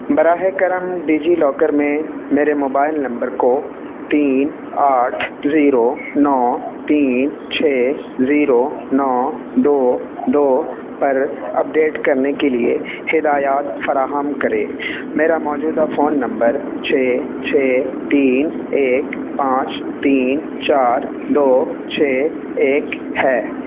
براہ کرم DigiLocker میں میرے موبائل نمبر کو تین آٹھ زیرو نو تین چھ زیرو نو دو دو پر اپڈیٹ کرنے کے لیے ہدایات فراہم کریں میرا موجودہ فون نمبر چھ چھ تین ایک پانچ تین چار دو چھ ایک ہے